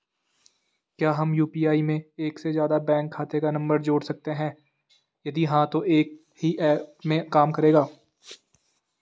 क्या हम यु.पी.आई में एक से ज़्यादा बैंक खाते का नम्बर जोड़ सकते हैं यदि हाँ तो एक ही ऐप में काम करेगा?